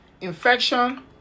infection